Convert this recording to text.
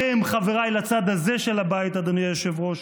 אתם, חבריי לצד הזה של הבית, אדוני היושב-ראש,